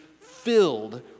filled